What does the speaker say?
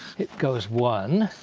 it goes one,